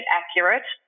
accurate